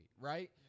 right